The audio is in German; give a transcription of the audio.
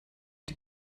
die